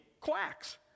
quacks